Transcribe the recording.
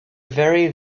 very